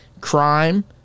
crime